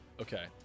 Okay